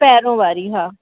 पहिरियों वारी हा